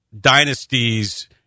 dynasties